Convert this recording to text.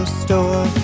store